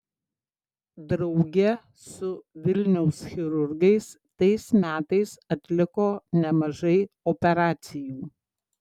drauge su vilniaus chirurgais tais metais atliko nemažai operacijų